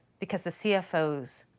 because the cfos